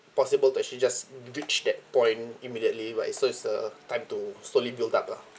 possible to actually just reach that point immediately but it's so it's a time to slowly build up lah